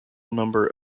number